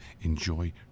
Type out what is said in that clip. Enjoy